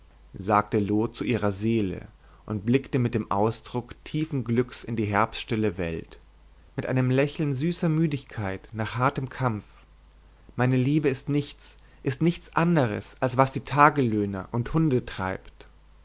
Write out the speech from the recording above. sagte loo zu ihrer seele und blickte mit dem ausdruck tiefen glücks in die herbststille welt mit einem lächeln süßer müdigkeit nach hartem kampf meine liebe ist nichts ist nichts anderes als was die tagelöhner und hunde treibt